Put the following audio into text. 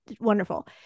wonderful